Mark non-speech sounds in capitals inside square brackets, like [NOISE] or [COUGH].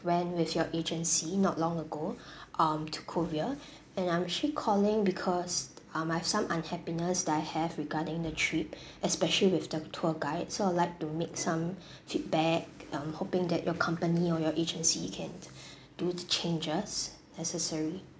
went with your agency not long ago [BREATH] um to korea and I'm actually calling because um I have some unhappiness that I have regarding the trip [BREATH] especially with the tour guide so I'd like to make some [BREATH] feedback um hoping that your company or your agency can [BREATH] do the changes necessary